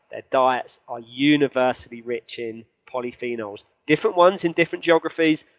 their diets are universally rich in polyphenols. different ones in different geographies,